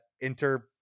Inter